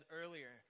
earlier